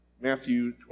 Matthew